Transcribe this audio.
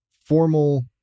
formal